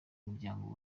muryango